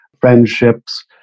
friendships